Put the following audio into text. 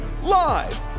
Live